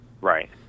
Right